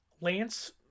Lance